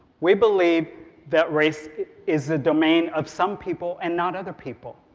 we believe that race is the domain of some people and not other people.